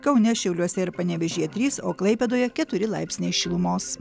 kaune šiauliuose ir panevėžyje trys o klaipėdoje keturi laipsniai šilumos